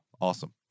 awesome